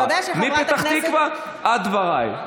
מפתח תקווה ועד דבריי.